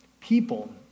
people